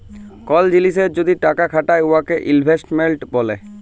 call জিলিসে যদি টাকা খাটায় উয়াকে ইলভেস্টমেল্ট ব্যলে